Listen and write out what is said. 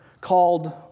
called